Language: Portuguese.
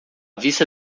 vista